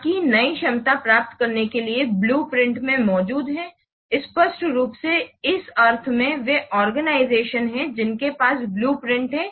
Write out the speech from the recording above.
ताकि नई क्षमता प्राप्त करने के लिए यह ब्लू प्रिंट में मौजूद है स्पष्ट रूप से इस अर्थ में वे आर्गेनाईजेशन हैं जिनके पास ब्लू प्रिंट है